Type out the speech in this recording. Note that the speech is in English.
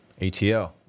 ATL